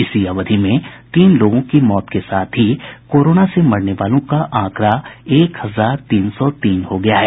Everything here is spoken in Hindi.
इसी अवधि में तीन लोगों की मौत के साथ ही कोरोना से मरने वालों का आंकड़ा एक हजार तीन सौ तीन हो गया है